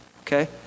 okay